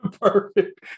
Perfect